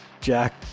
Jack